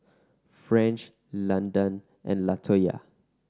French Landan and Latoya